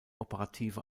operative